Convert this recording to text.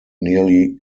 nearly